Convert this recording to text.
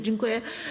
Dziękuję.